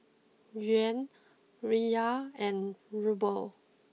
Yuan Riyal and Ruble